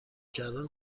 کردن